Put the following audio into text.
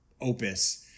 opus